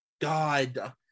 god